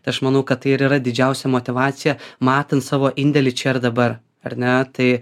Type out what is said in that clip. tai aš manau kad tai ir yra didžiausia motyvacija matant savo indėlį čia ir dabar ar ne tai